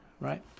right